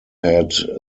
had